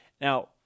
Now